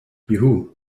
juhu